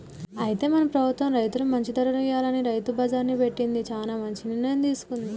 అయితే మన ప్రభుత్వం రైతులకు మంచి ధరలు ఇయ్యాలని రైతు బజార్ని పెట్టింది చానా మంచి నిర్ణయం తీసుకుంది